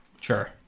Sure